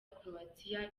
croatia